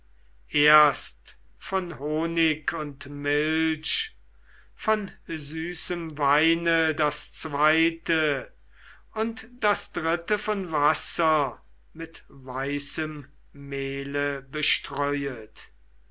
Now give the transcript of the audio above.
erst von honig und milch von süßem weine das zweite und das dritte von wasser mit weißem mehle bestreuet